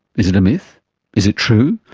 is it a myth is it true?